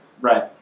right